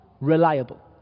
reliable